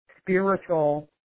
spiritual